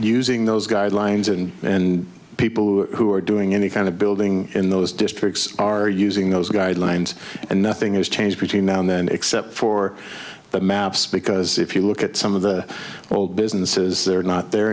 using those guidelines and and people who are doing any kind of building in those districts are using those guidelines and nothing has changed between now and then except for the maps because if you look at some of the old businesses they're not there